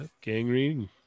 Gangrene